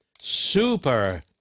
super